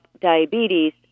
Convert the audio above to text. diabetes